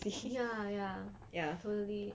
ya ya totally